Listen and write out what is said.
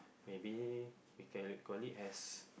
maybe we can call it has